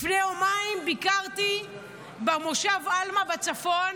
לפני יומיים ביקרתי במושב עלמה בצפון.